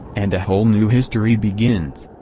and a whole new history begins.